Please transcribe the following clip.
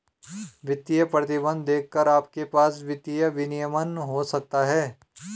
वित्तीय प्रतिबंध देखकर आपके पास वित्तीय विनियमन हो सकता है